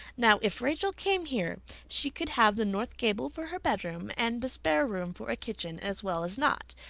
now, if rachel came here, she could have the north gable for her bedroom and the spare room for a kitchen as well as not,